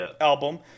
album